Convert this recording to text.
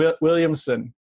Williamson